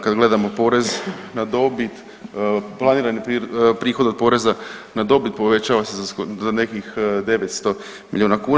Kad gledamo porez na dobit planirani prihod od poreza na dobit povećava se za nekih 900 milijuna kuna.